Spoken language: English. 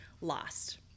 lost